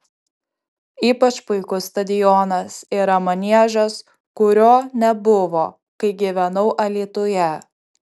ypač puikus stadionas yra maniežas kurio nebuvo kai gyvenau alytuje